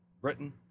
Britain